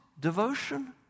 devotion